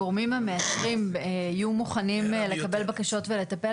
הגורמים המאתרים יהיו מוכנים לקבל בקשות ולטפל